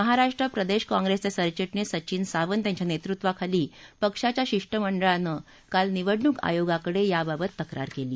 महाराष्ट्र प्रदेश काँग्रेसचे सरचिटणीस सचीन सावंत यांच्या नेतृत्वाखाली पक्षाच्या शिष्टमंडळानं काल निवडणूक आयोगाकडे याबाबत तक्रार केली